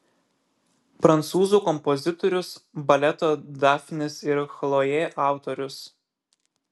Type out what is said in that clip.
prancūzų kompozitorius baleto dafnis ir chlojė autorius